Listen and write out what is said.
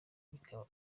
bikaba